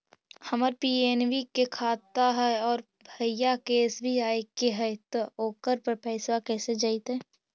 हमर पी.एन.बी के खाता है और भईवा के एस.बी.आई के है त ओकर पर पैसबा कैसे जइतै?